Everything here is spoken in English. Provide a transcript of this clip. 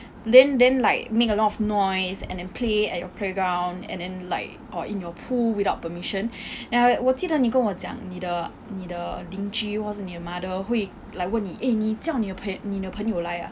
then then like make a lot of noise and then play at your playground and then like or in your pool without permission then after that 我记得你跟我讲你的你的邻居或是你的 mother 会问你 eh 你叫你的朋你的朋友来啊